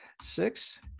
six